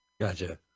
gotcha